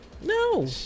No